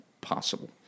Possible